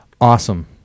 Awesome